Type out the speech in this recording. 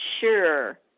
sure